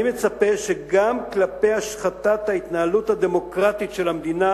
אני מצפה שגם כלפי השחתת ההתנהלות הדמוקרטית של המדינה,